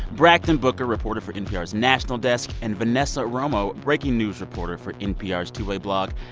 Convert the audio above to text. brakkton booker, reporter for npr's national desk, and vanessa romo, breaking news reporter for npr's two-way blog.